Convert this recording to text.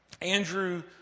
Andrew